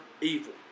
evil